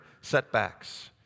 setbacks